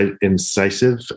incisive